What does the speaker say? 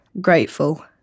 Grateful